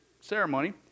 ceremony